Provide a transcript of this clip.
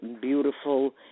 beautiful